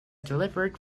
delivered